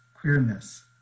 queerness